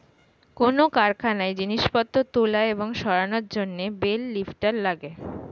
কোন কারখানায় জিনিসপত্র তোলা এবং সরানোর জন্যে বেল লিফ্টার লাগে